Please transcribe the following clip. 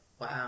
Wow